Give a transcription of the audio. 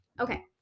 Okay